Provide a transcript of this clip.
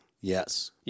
Yes